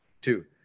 two